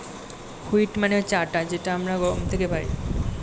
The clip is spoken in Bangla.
হুইট মানে হচ্ছে আটা যেটা আমরা গম থেকে পাই